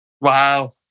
Wow